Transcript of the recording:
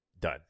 done